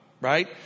Right